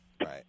right